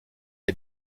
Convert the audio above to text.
les